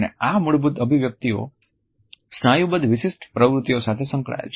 અને આ મૂળભૂત અભિવ્યક્તિઓ સ્નાયુબદ્ધ વિશિષ્ટ પ્રવૃત્તિઓ સાથે સંકળાયેલ છે